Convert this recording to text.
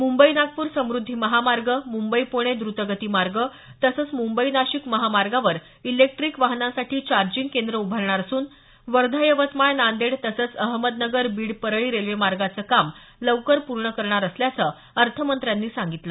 मुंबई नागपूर समृद्धी महामार्ग मुंबई पुणे द्रतगती मार्ग तसंच मुंबई नाशिक महामार्गावर इलेक्ट्रीक वाहनांसाठी चार्जिंग केंद्र उभारणार असून वर्धा यवतमाळ नांदेड तसंच अहमदनगर बीड परळी रेल्वेमार्गाचं काम लवकर पूर्ण करणार असल्याचं अर्थमंत्र्यांनी सांगितलं